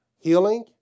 healing